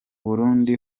burundi